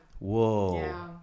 Whoa